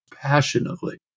passionately